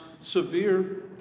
severe